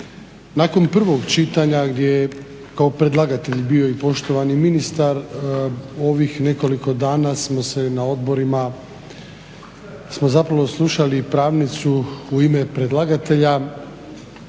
Nakon prvog čitanja gdje je kao predlagatelj bio i poštovani ministar u ovih nekoliko dana smo se na odborima smo zapravo slušali pravnicu u ime predlagatelja